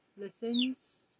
listens